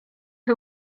who